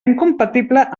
incompatible